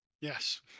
Yes